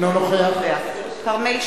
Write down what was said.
אינו נוכח כרמל שאמה,